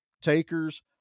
Takers